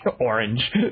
Orange